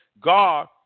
God